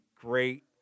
great